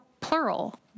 plural